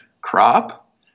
crop